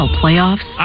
playoffs